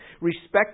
Respect